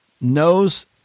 knows